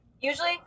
Usually